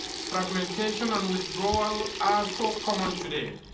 fragmentation and withdrawal are so common today.